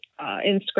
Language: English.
Instagram